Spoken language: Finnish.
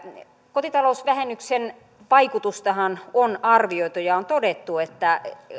kotitalousvähennyksen vaikutustahan on arvioitu ja on todettu että